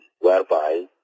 whereby